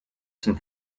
zum